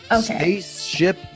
Spaceship